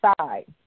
side